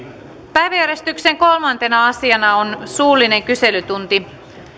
päiväjärjestyksen kolmantena asiana on suullinen kyselytunti